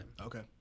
okay